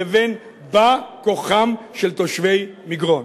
לבין בא-כוחם של תושבי מגרון.